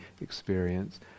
experience